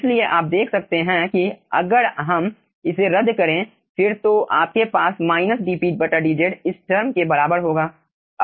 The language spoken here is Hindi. इसलिए आप देख सकते हैं कि अगर हम इसे रद्द करें फिर तो आपके पास dpdz इस टर्म के बराबर होगा